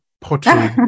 pottery